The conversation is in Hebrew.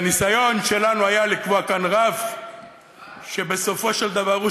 והניסיון שלנו היה לקבוע כאן רף שבסופו של דבר הוא